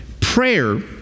prayer